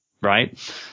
right